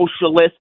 socialist